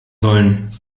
sollen